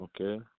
Okay